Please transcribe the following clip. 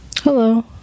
Hello